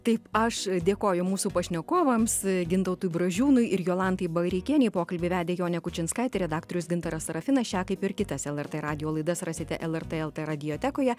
taip aš dėkoju mūsų pašnekovams gintautui bražiūnui ir jolantai bareikienei pokalbį vedė jonė kučinskaitė redaktorius gintaras sarafinas šią kaip ir kitas lrt radijo laidas rasite lrt lt radio tekoje